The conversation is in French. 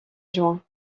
juin